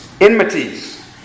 Enmities